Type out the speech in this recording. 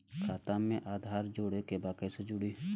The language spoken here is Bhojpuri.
खाता में आधार जोड़े के बा कैसे जुड़ी?